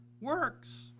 works